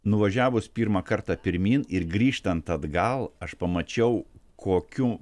nuvažiavus pirmą kartą pirmyn ir grįžtant atgal aš pamačiau kokiu